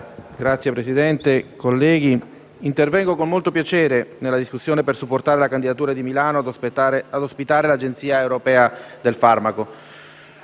Signor Presidente, colleghi, intervengo con molto piacere nella discussione per supportare la candidatura di Milano a ospitare l'Agenzia europea del farmaco,